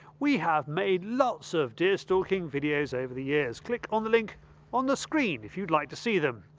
we have made lots of deer stalking videos over the years. click on the link on the screen if you would like to see them.